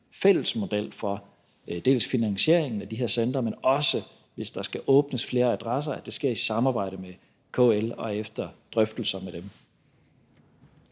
fælles model for finansieringen af de her centre og også gerne vil have, at hvis der skal åbnes flere adresser, så sker det i samarbejde med KL og efter drøftelser med dem.